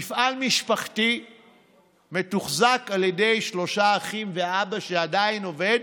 מפעל משפחתי שמתוחזק על ידי שלושה אחים ואבא שעדיין עובד,